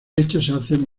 hecho